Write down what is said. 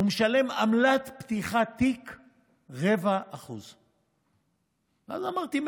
משלם עמלת פתיחת תיק 0.25%. ואז אמרתי,